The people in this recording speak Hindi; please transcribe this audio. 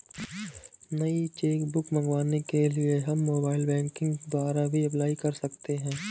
नई चेक बुक मंगवाने के लिए हम मोबाइल बैंकिंग द्वारा भी अप्लाई कर सकते है